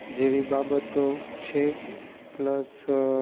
જેવી બાબતો છે પ્લસ